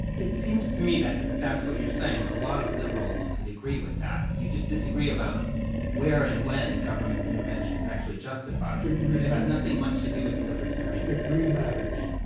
it seems to me that if that's what you're saying, a lot of liberals could agree with that. you just disagree about where and when government intervention is actually justified. but it it has nothing much to do with the libertarianism. degree matters.